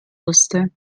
wusste